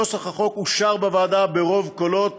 נוסח החוק אושר בוועדה ברוב קולות,